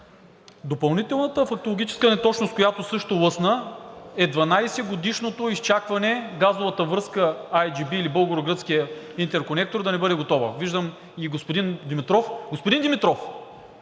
Допълнителната фактологическа неточност, която също лъсна, е 12-годишното изчакване газовата връзка IGB, или българо-гръцкият интерконектор, да не бъде готова. Виждам и господин Димитров… Господин Димитров,